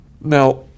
Now